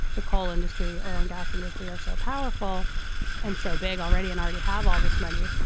the coal industry, oil and gas industry are so powerful and so big already and already have all this money,